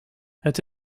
het